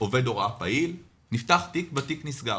עובד הוראה פעיל, נפתח לו תיק והתיק נסגר.